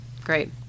great